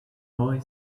boy